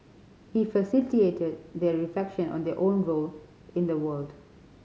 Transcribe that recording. he facilitated their reflection on their own role in the world